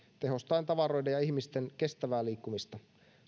tehostaen tavaroiden ja ihmisten kestävää liikkumista